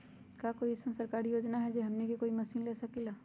का कोई अइसन सरकारी योजना है जै से हमनी कोई मशीन ले सकीं ला?